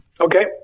Okay